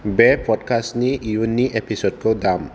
बे पदकास्टनि इयुननि एपिसडखौ दाम